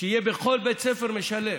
שיהיו בכל בית ספר משלב.